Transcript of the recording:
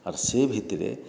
ଆର୍ ସେ ଭିତରେ